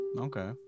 okay